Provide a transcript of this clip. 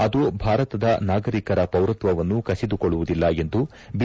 ಅದು ಭಾರತದ ನಾಗರಿಕರ ಪೌರತ್ವವನ್ನು ಕುಸುಕೊಳ್ಳುವುದಿಲ್ಲ ಎಂದು ಬಿ